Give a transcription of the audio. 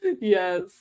Yes